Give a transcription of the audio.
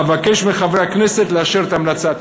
אבקש מחברי הכנסת לאשר את ההמלצה.